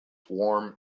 warm